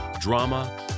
drama